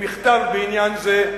למכתב בעניין זה,